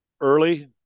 early